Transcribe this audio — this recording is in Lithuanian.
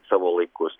savo laikus